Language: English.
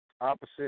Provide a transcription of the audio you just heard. opposite